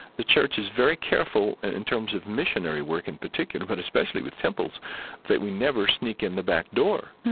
the church is very careful and in terms of missionary work in particular, but especially with temples that we never sneak in the backdoor.